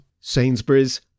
Sainsbury's